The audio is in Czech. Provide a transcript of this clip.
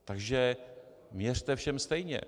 Takže měřte všem stejně.